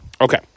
Okay